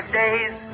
days